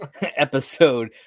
Episode